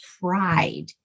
pride